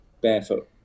barefoot